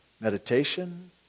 Meditation